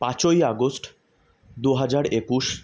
পাঁচই আগস্ট দু হাজার একুশ